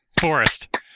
forest